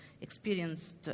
experienced